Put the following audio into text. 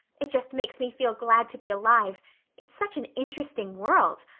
it just makes me feel glad to be alive it's such an interesting world.